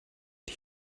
die